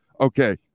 Okay